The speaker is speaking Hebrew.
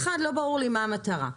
לא ברורה לי המטרה,